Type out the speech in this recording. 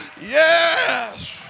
Yes